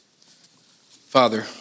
Father